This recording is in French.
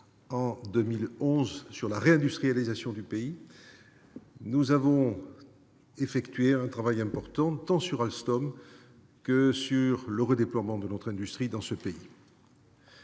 en 2011 sur la réindustrialisation, nous avons effectué un travail important tant sur Alstom que sur le redéploiement de notre industrie. Pour cette